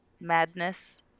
madness